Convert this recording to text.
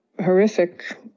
horrific